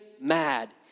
mad